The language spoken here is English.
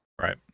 Right